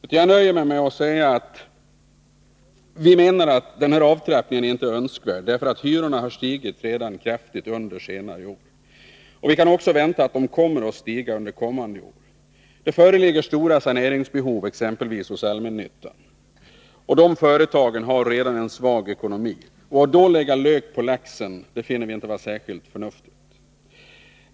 Jag nöjer mig med att säga att vi menar att den föreslagna ökningen i avtrappningen av räntebidragen inte är önskvärd. Hyrorna har redan stigit kraftigt under senare år. Vidare kan vi vänta att de kommer att stiga också under kommande år. Stora saneringsbehov föreligger, exempelvis hos ”allmännyttan”. De företagen har redan en svag ekonomi. Att lägga lök på laxen finner vi inte särskilt förnuftigt.